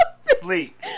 Sleep